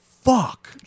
fuck